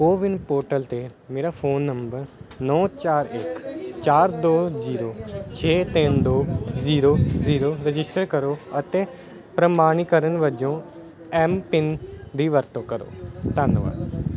CoWIN portal 'ਤੇ ਮੇਰਾ phone number ਨੌਂ ਚਾਰ ਇੱਕ ਚਾਰ ਦੋ ਜੀਰੋ ਛੇ ਤਿੰਨ ਦੋ ਜ਼ੀਰੋ ਜ਼ੀਰੋ ਰਜਿਸਟਰ ਕਰੋ ਅਤੇ ਪ੍ਰਮਾਣੀਕਰਨ ਵਜੋਂ ਐਮ ਪਿੰਨ ਦੀ ਵਰਤੋਂ ਕਰੋ